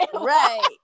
right